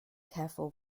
careful